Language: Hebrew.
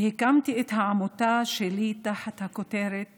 והקמתי את העמותה שלי תחת הכותרת